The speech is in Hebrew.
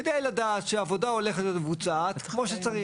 כדי לדעת שעבודה הולכת להיות מבוצעת כמו שצריך.